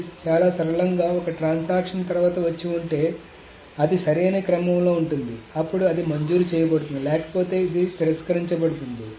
ఇది చాలా సరళంగా ఒక ట్రాన్సాక్షన్ తర్వాత వచ్చి ఉంటే అది సరైన క్రమంలో ఉంటుంది అప్పుడు అది మంజూరు చేయబడుతుంది లేకపోతే అది తిరస్కరించబడుతుంది